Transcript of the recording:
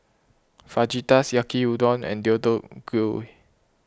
Fajitas Yaki Udon and Deodeok Gui